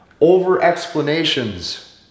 Over-explanations